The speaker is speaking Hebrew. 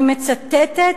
אני מצטטת,